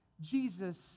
Jesus